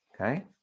Okay